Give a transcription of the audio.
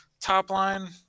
top-line